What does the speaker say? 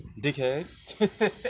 dickhead